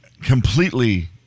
completely